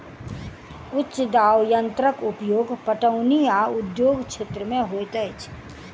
उच्च दाब यंत्रक उपयोग पटौनी आ उद्योग क्षेत्र में होइत अछि